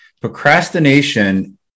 Procrastination